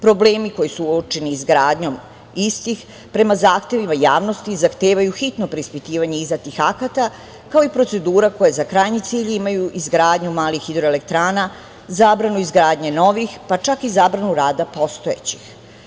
Problemi koji su uočeni izgradnjom istih, prema zahtevima javnosti zahtevaju hitno preispitivanje izdatih akata, kao i procedura koja za krajnji cilj imaju izgradnju malih hidroelektrana, zabranu izgradnje novih, pa čak i zabranu rada postojećih.